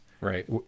Right